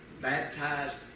baptized